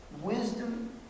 wisdom